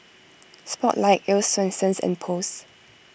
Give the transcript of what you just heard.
Spotlight Earl's Swensens and Post